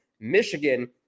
Michigan